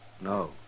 No